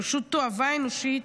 הם פשוט תועבה אנושית,